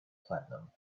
platinum